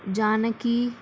Janaki